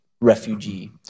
refugee